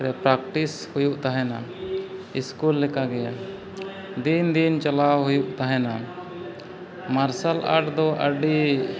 ᱨᱮ ᱯᱨᱮᱠᱴᱤᱥ ᱦᱩᱭᱩᱜ ᱛᱟᱦᱮᱱᱟ ᱥᱠᱩᱞ ᱞᱮᱠᱟ ᱜᱮ ᱫᱤᱱ ᱫᱤᱱ ᱪᱟᱞᱟᱜ ᱦᱩᱭᱩᱜ ᱛᱟᱦᱮᱱᱟ ᱢᱟᱨᱥᱟᱞ ᱟᱴ ᱫᱚ ᱟᱹᱰᱤ